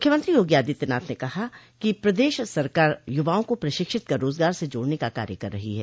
मुख्यमंत्री योगी आदित्यनाथ ने कहा कि प्रदेश सरकार युवाओं को प्रशिक्षित कर रोजगार से जोडने का कार्य कर रही है